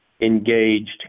engaged